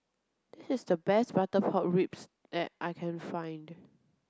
this is the best butter pork ribs that I can find